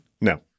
No